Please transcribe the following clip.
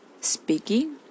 speaking